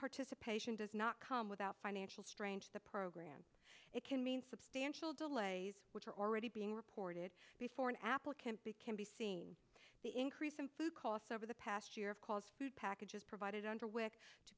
participation does not come without financial strain to the program it can mean substantial delays which are already being reported before an applicant became be seen the increase in food costs over the past year of calls food packages provided under which to